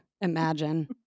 Imagine